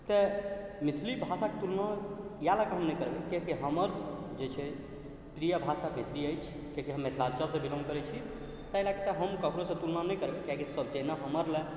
तेँ मैथिली भाषाके तुलना इएह लऽ कऽ हम नहि करबै कियाकि हमर जे छै प्रिय भाषा मैथिली अछि कियाकि हम मिथिलाञ्चलसँ बिलाॅङ्ग करै छी ताहि लऽ कऽ हम ककरोसँ तुलना नहि करब कियाकि जहिना हमर लैँग्वेज